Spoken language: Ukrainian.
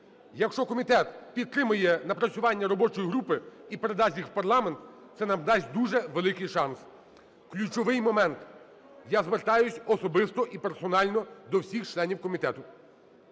Якщо комітет підтримає напрацювання робочої групи і передасть їх в парламент, це нам дасть дуже великий шанс. Ключовий момент, я звертаюсь особисто і персонально до всіх членів комітету: